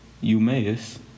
Eumaeus